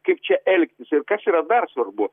kaip čia elgtis ir kas yra dar svarbu